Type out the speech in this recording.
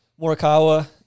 Morikawa